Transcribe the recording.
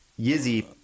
Yizzy